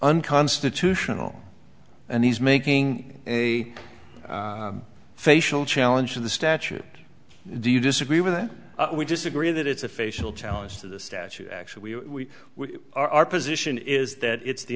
unconstitutional and he's making a facial challenge to the statute do you disagree with that we just agree that it's a facial challenge to the statute actually we we our position is that it's the